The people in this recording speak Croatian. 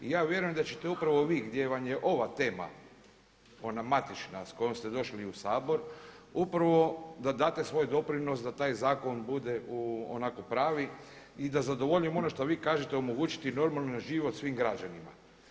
I ja vjerujem da ćete upravo vi gdje vam je ova tema, ona matična s kojom ste došli u Sabor upravo da date svoj doprinos da taj zakon bude u onako pravi i da zadovolji ono što vi kažete omogućiti normalan život svim građanima.